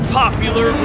popular